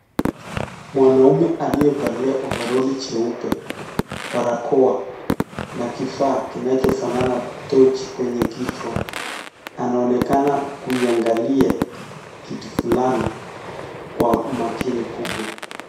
Mwanaume aliyevalia ovaroli cheupe, barakoa na kifaa kinachofanana tu kwenye kichwa. Anaonekana kuiangalia kitu fulani kwa makini kubwa.